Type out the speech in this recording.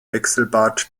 wechselbad